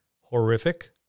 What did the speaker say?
horrific